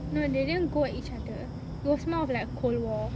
no they didn't go at each other it was more of like a cold war